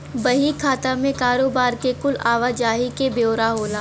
बही खाता मे कारोबार के कुल आवा जाही के ब्योरा होला